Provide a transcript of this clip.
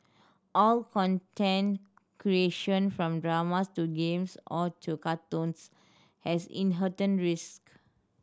all content creation from dramas to games or to cartoons has inherent risk